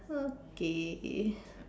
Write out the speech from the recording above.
okay